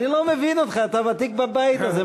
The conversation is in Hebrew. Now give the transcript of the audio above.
אני לא מבין אותך, אתה ותיק בבית הזה.